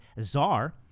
czar